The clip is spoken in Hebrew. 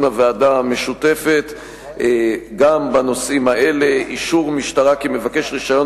הוועדה המשותפת גם בנושאים האלה: אישור משטרה כי מבקש רשיון